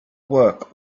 work